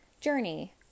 journey